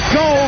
go